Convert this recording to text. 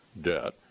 debt